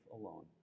alone